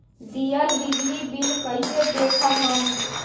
दियल बिजली बिल कइसे देखम हम?